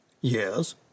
Yes